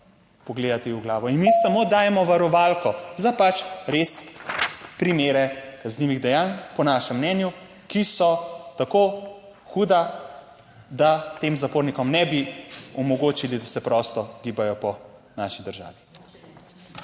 pogledati v glavo. In mi samo dajemo varovalko za pač res primere kaznivih dejanj, po našem mnenju ki so tako huda, da tem zapornikom ne bi omogočili, da se prosto gibajo po naši državi.